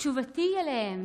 תשובתי אליהם